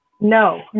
No